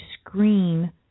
screen